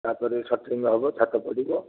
ତା ପରେ ଷେଣ୍ଟରିଂ ହେବ ଛାତ ପଡ଼ିବ